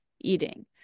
eating